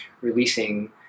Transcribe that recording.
releasing